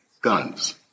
guns